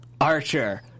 Archer